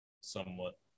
Somewhat